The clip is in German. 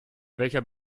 welcher